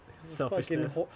selfishness